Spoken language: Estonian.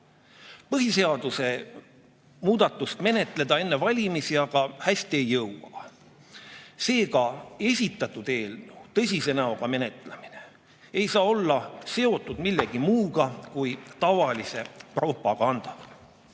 Põhiseaduse muudatust menetleda enne valimisi aga hästi ei jõua. Seega, esitatud eelnõu tõsise näoga menetlemine ei saa olla seotud millegi muu kui tavalise propagandaga.